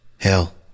Hell